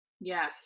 Yes